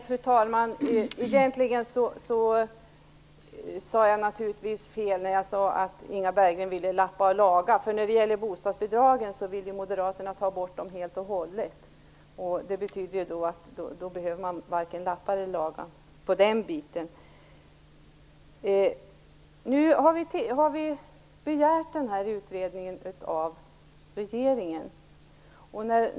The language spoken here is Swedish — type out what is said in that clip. Fru talman! Nej, jag sade naturligtvis fel när jag sade att Inga Berggren ville lappa och laga. Moderaterna vill ju ta bort bostadsbidragen helt och hållet, och då behöver man ju varken lappa eller laga - på den biten. Nu har vi begärt den här utredningen av regeringen.